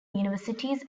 universities